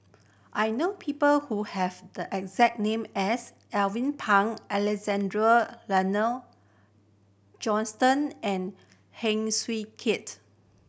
I know people who have the exact name as Alvin Pang Alexander Laurie Johnston and Heng Swee Keat